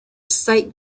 sight